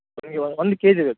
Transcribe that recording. ನನಗೆ ಒಂದು ಕೆಜಿ ಬೇಕು